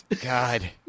God